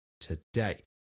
today